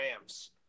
Rams